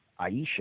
Aisha